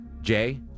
Jay